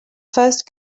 first